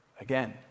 Again